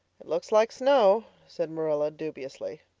it looks like snow, said marilla dubiously.